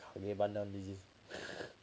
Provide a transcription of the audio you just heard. okay bundle dizzy